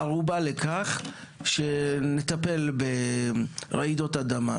הערובה לכך שנטפל ברעידות אדמה.